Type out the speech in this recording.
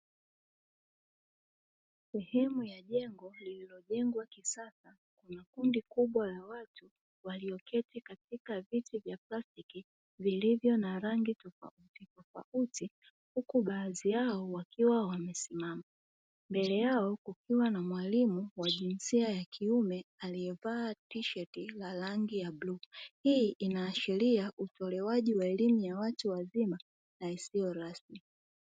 Sehemu ya jengo lililojengwa kisasa, kundi kubwa la watu walioketi katika viti vya plastiki vilivyo na rangi tofauti, baadhi yao wakiwa wamesimama. Mbele yao kukiwa na mwalimu wa jinsia ya kiume aliyevaa Tisheti la rangi ya bluu. Hii inaashiria utolewaji wa elimu ya watu wazima isiyo rasmi.